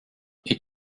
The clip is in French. est